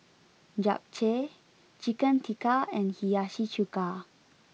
Japchae Chicken Tikka and Hiyashi chuka